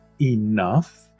enough